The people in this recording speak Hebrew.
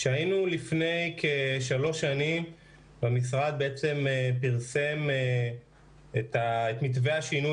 כשהיינו לפני כשלוש שנים והמשרד פרסם את מתווה השינוי